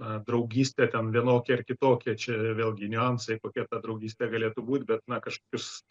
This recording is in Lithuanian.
na draugystę ten vienokią ar kitokią čia vėlgi niuansai kokia ta draugystė galėtų būt bet na kažkokius